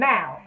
Now